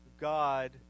God